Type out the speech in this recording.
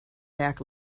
back